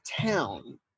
town